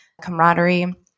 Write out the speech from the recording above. camaraderie